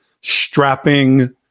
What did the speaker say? strapping